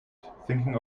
thinking